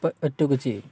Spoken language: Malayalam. പറ്റുകയൊക്കെ ചെയ്യും